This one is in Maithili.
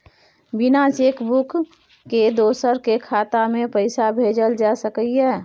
बिना चेक बुक के दोसर के खाता में पैसा भेजल जा सकै ये?